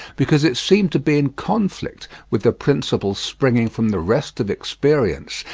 because it seemed to be in conflict with the principle springing from the rest of experience,